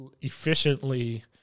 efficiently